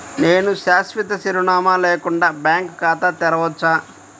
నేను శాశ్వత చిరునామా లేకుండా బ్యాంక్ ఖాతా తెరవచ్చా?